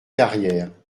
carrière